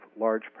large